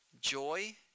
Joy